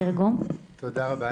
תודה רבה.